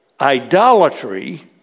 idolatry